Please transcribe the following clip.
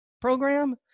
program